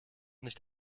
nicht